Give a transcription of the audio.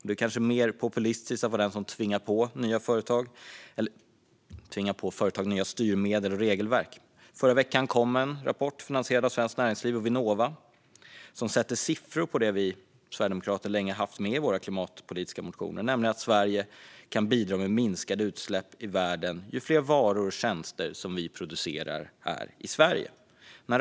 Det kanske är mer populistiskt att vara den som tvingar på företag nya styrmedel och regelverk. Förra veckan kom en rapport, finansierad av Svenskt Näringsliv och Vinnova, som sätter siffror på det vi sverigedemokrater länge har haft med i våra klimatpolitiska motioner. Det handlar om att ju fler varor och tjänster som produceras här i Sverige, desto mer kan Sverige bidra till minskade utsläpp i världen.